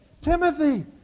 Timothy